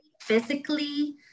physically